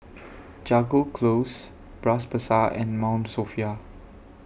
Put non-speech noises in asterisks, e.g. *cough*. *noise* Jago Close Bras Basah and Mount Sophia